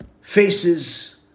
faces